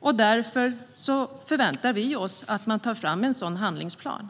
Vi förväntar oss att man tar fram en sådan handlingsplan.